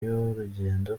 y’urugendo